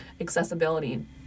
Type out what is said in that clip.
accessibility